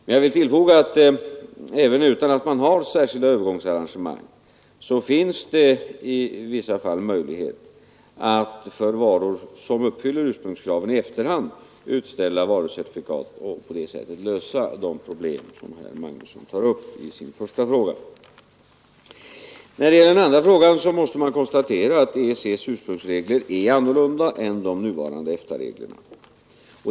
Men jag vill tillfoga att det, även om det inte har gjorts några särskilda övergångsarrangemang, i vissa fall finns möjlighet att för varor som uppfyller ursprungskraven i efterhand utställa varucertifikat och på det sättet lösa de problem som herr Magnusson i Borås tar upp i sin första fråga. När det gäller den andra frågan måste man konstatera, att EEC:s ursprungsregler är annorlunda än de nuvarande EFTA-reglerna.